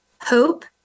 Hope